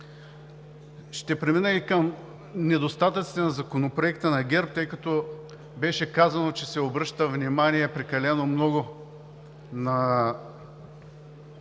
Ще премина и към недостатъците на Законопроекта на ГЕРБ, тъй като беше казано, че се обръща внимание прекалено много на